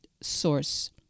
source